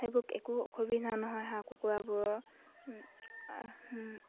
সেইবোৰ একো অসুবিধা নহয় হাঁহ কুকুৰাবোৰৰ